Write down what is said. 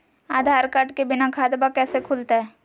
आधार card के बिना खाताबा कैसे खुल तय?